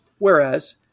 Whereas